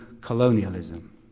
colonialism